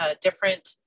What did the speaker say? different